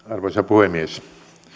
arvoisa puhemies